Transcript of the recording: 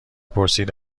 پرسید